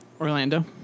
Orlando